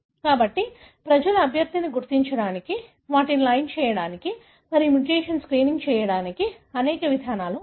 కాబట్టి ప్రజలు అభ్యర్థిని గుర్తించడానికి వాటిని లైన్ చేయడానికి మరియు మ్యుటేషన్ స్క్రీనింగ్ చేయడానికి అనేక విధానాలు ఉన్నాయి